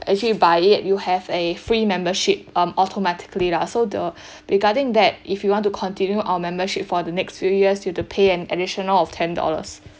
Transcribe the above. actually buy it you have a free membership um automatically lah so the regarding that if you want to continue our membership for the next few years you've to pay an additional of ten dollars